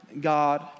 God